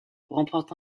remporte